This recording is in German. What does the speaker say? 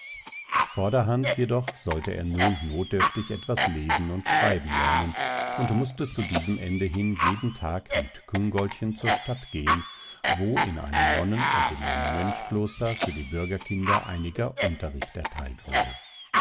vorderhand jedoch sollte er nun notdürftig etwas lesen und schreiben lernen und mußte zu diesem ende hin jeden tag mit küngoltchen zur stadt gehen wo in einem nonnen und in einem mönchskloster für die bürgerkinder einiger unterricht erteilt wurde